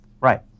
right